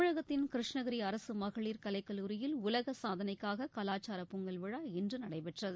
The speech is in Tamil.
தமிழகத்தின் கிருஷ்ணகிரி அரசு மகளிர் கலைக்கல்லூரியில் உலக சாதனைக்காக கலாச்சார பொங்கல் விழா இன்று நடைபெற்றது